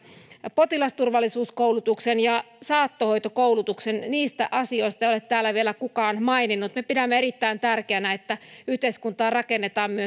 potilasturvallisuuskoulutuksen ja saattohoitokoulutuksen niistä asioista ei ole täällä vielä kukaan maininnut me pidämme erittäin tärkeänä että yhteiskuntaa rakennetaan myös